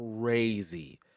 crazy